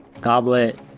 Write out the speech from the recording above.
goblet